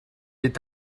est